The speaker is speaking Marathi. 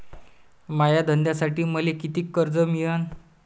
माया धंद्यासाठी मले कितीक कर्ज मिळनं?